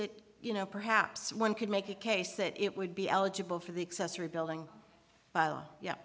it you know perhaps one could make a case that it would be eligible for the excess rebuilding yeah